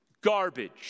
Garbage